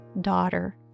daughter